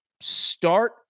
start